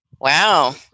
Wow